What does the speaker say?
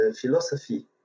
philosophy